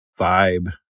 vibe